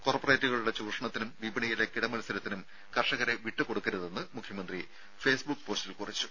കോർപ്പറേറ്റുകളുടെ വിപണിയിലെ കിടമത്സരത്തിനും കർഷകരെ വിട്ടുകൊടുക്കരുതെന്ന് മുഖ്യമന്ത്രി ഫേസ്ബുക്ക് പോസ്റ്റിൽ കുറിച്ചു